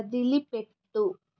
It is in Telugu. వదిలిపెట్టు